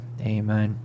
Amen